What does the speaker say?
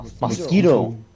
Mosquito